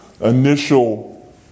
initial